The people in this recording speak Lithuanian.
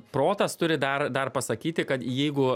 protas turi dar dar pasakyti kad jeigu